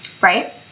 right